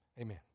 Amen